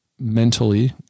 mentally